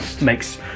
makes